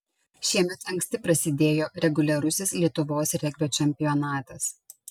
šiemet anksti prasidėjo reguliarusis lietuvos regbio čempionatas